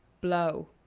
blow